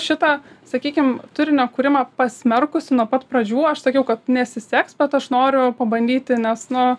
šitą sakykim turinio kūrimą pasmerkusi nuo pat pradžių aš sakiau kad nesiseks bet aš noriu pabandyti nes nu